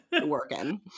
working